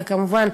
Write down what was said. וכמובן,